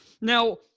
Now